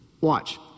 Watch